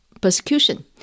persecution